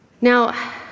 Now